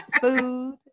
food